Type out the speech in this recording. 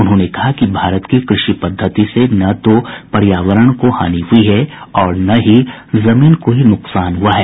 उन्होंने कहा कि भारत की कृषि पद्धति से न तो पर्यावरण को हानि हुई है और न ही जमीन को ही नुकसान हुआ है